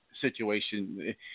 situation